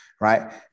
right